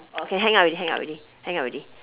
okay hang up already hang up already hang up already